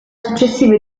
successiva